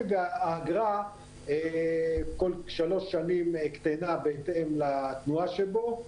והאגרה כל שלוש שנים קטנה בהתאם לתנועה שבו,